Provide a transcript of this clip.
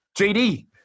JD